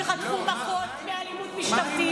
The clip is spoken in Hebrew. מה עם הומואים שחטפו מכות מאלימות משטרתית?